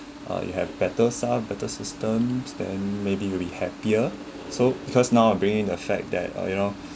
or you have better stuff better systems then maybe you will be happier so because now bringing the fact that uh you know